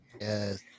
Yes